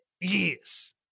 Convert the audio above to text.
Yes